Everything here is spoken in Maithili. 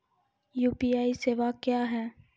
यु.पी.आई सेवा क्या हैं?